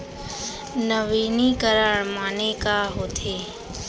नवीनीकरण माने का होथे?